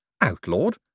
outlawed